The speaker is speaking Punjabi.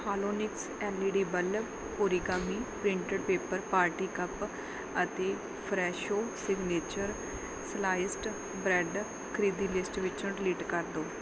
Halonix L E D bulb origami printed paper party cup ਅਤੇ ਫਰੈਸ਼ੋ ਸਿਗਨੇਚਰ ਸਲਾਈਸਡ ਬਰੈੱਡ ਖਰੀਦੀ ਲਿਸਟ ਵਿੱਚੋਂ ਡਿਲੀਟ ਕਰ ਦਿਓ